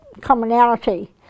commonality